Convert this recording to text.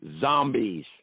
zombies